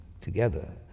together